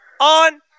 on